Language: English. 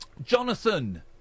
Jonathan